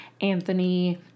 Anthony